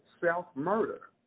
self-murder